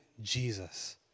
Jesus